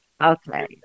Okay